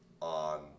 on